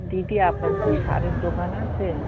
দিদি আপনার কি সারের দোকান আছে